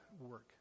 work